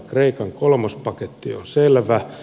kreikan kolmospaketti on selvä